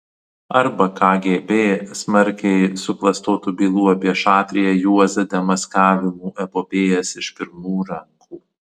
arba kgb smarkiai suklastotų bylų apie šatriją juozą demaskavimų epopėjas iš pirmų rankų